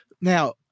Now